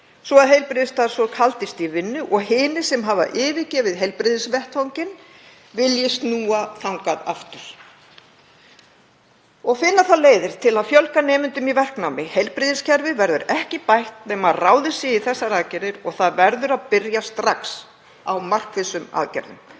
svo að heilbrigðisstarfsfólk haldist í vinnu og hinir sem hafa yfirgefið heilbrigðisvettvanginn vilji snúa þangað aftur. Finna þarf leiðir til að fjölga nemendum í verknámi. Heilbrigðiskerfið verður ekki bætt nema ráðist sé í þessar aðgerðir og það verður að byrja strax á markvissum aðgerðum.